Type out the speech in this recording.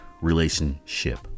relationship